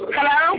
Hello